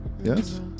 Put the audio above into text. Yes